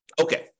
Okay